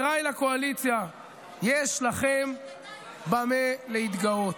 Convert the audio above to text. יש לכם במה להתגאות.